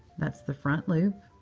that's the front loop.